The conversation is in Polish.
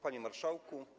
Panie Marszałku!